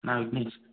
ஆ நீங்கள்